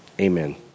Amen